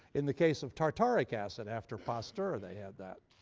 in the case of tartaric acid, after pasteur, they had that.